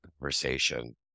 conversation